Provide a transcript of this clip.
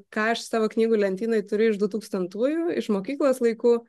ką aš savo knygų lentynoj turiu iš du tūkstantųjų iš mokyklos laikų